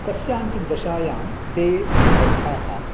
कस्यांचित् दशायां ते ग्रन्थाः